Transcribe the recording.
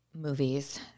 movies